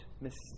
mistake